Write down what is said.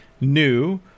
new